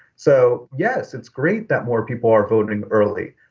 so, yes, it's great that more people are voting early,